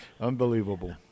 Unbelievable